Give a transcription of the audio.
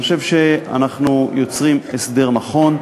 אני חושב שאנחנו יוצרים הסדר נכון,